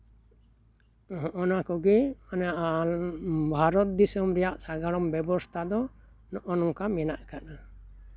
ᱦᱚᱜᱼᱚᱭ ᱱᱚᱣᱟ ᱠᱚᱜᱮ ᱵᱷᱟᱨᱚᱛ ᱫᱤᱥᱚᱢ ᱨᱮᱭᱟᱜ ᱥᱟᱸᱜᱟᱲᱚᱢ ᱵᱮᱵᱚᱥᱛᱷᱟ ᱫᱚ ᱱᱚᱜᱼᱚᱭ ᱱᱚᱝᱠᱟ ᱢᱮᱱᱟᱜ ᱠᱟᱫᱟ